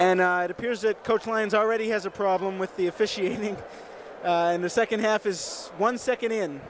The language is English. appears that coach lines already has a problem with the officiating in the second half is one second in